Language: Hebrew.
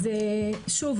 אז שוב,